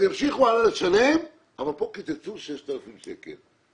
אז ימשיכו הלאה לשלם, אבל פה קיצצו 6,000 שקלים.